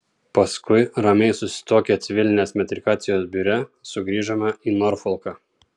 paskui ramiai susituokę civilinės metrikacijos biure sugrįžome į norfolką